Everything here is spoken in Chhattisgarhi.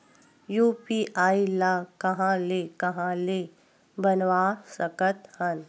यू.पी.आई ल कहां ले कहां ले बनवा सकत हन?